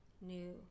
new